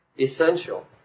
essential